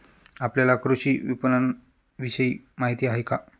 आपल्याला कृषी विपणनविषयी माहिती आहे का?